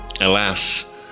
Alas